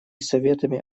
советами